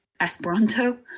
Esperanto